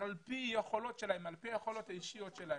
על פי היכולות האישיות שלהם,